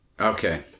Okay